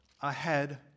ahead